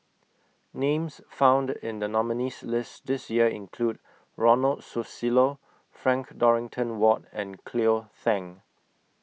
Names found in The nominees' list This Year include Ronald Susilo Frank Dorrington Ward and Cleo Thang